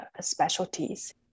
specialties